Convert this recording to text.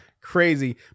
crazy